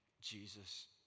Jesus